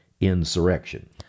insurrection